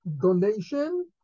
donation